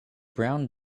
brown